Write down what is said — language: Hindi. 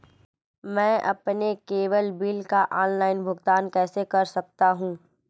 मैं अपने केबल बिल का ऑनलाइन भुगतान कैसे कर सकता हूं?